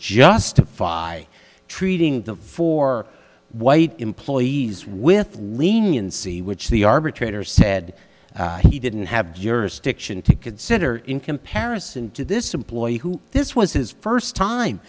justify treating the four white employees with leniency which the arbitrator said he didn't have jurisdiction to consider in comparison to this employee who this was his first time